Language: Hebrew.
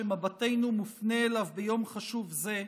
שמבטנו מופנה אליו ביום חשוב זה,